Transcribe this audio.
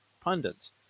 pundits